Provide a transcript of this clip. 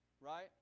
right